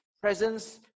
presence